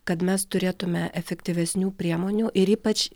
kad mes turėtume efektyvesnių priemonių ir ypač